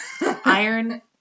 Iron